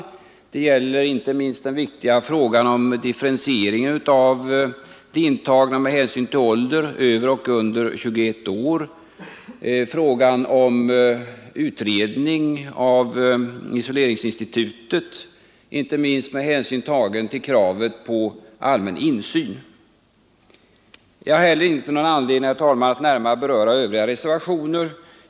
Detta gäller inte minst den viktiga frågan om differentiering av de intagna med hänsyn till ålder, över och under 21 år, och frågan om utredning av isoleringsinstitutet, inte minst med hänsyn tagen till kravet på allmän insyn. Jag har heller inte, herr talman, någon anledning att närmare beröra övriga reservationer.